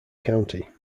county